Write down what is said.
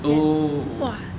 oh